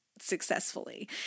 successfully